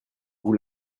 vous